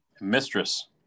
Mistress